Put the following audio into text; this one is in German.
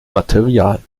material